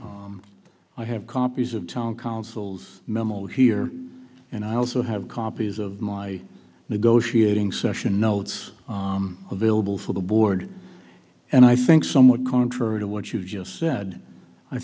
helps i have copies of town councils memo here and i also have copies of my negotiating session notes with bill bill for the board and i think somewhat contrary to what you just said